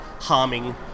harming